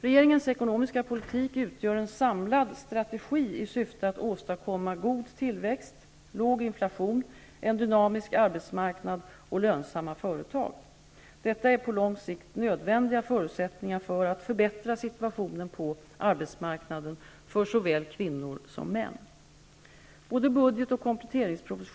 Regeringens ekonomiska politik utgör en samlad strategi i syfte att åstadkomma god tillväxt, låg inflation, dynamisk arbetsmarknad och lönsamma företag. Detta är på lång sikt nödvändiga förutsättningar för att förbättra situationen på arbetsmarknaden för såväl kvinnor som män.